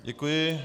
Děkuji.